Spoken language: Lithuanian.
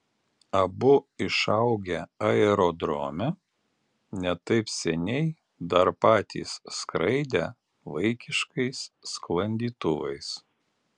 abu išaugę aerodrome ne taip seniai dar patys skraidę vaikiškais sklandytuvais